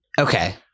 okay